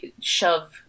shove